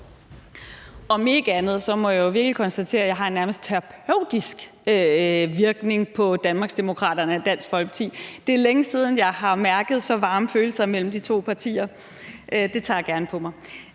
Om ikke andet må jeg virkelig konstatere, at jeg har en nærmest terapeutisk virkning på Danmarksdemokraterne og Dansk Folkeparti; det er længe siden, jeg har mærket så varme følelser mellem de to partier. Det tager jeg gerne på mig.